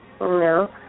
No